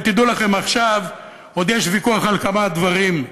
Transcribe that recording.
ותדעו לכם, עכשיו עוד יש ויכוח על כמה דברים,